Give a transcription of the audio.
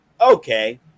Okay